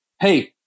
hey